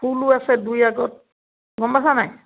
ফুলো আছে দুই আগত গ'ম পাইছা নাই